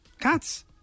Cats